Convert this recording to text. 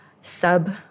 Sub